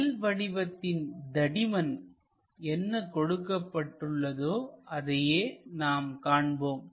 L வடிவத்தின் தடிமன் என்ன கொடுக்கப்பட்டுள்ளதோ அதையே நாம் காண்போம்